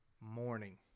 morning